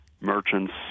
merchants